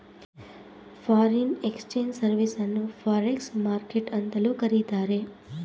foreign exchange service ಅನ್ನು forex market ಅಂತಲೂ ಕರಿತಾರೆ